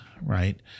right